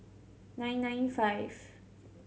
nine nine five